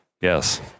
Yes